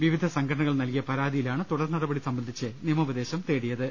വിവിധ സംഘടനകൾ നൽകിയ പരാതിയിലാണ് തുടർനടപടി സംബന്ധിച്ച് നിയമോപ ദേശം തേടിയത്